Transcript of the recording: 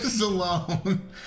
alone